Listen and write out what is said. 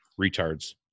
retards